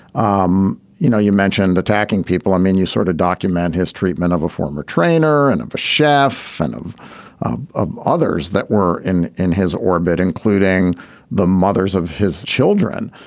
um you know you mentioned attacking people i mean you sort of document his treatment of a former trainer and a chef and of of others that were in in his orbit including the mothers of his children.